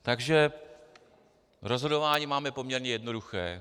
Takže rozhodování máme poměrně jednoduché.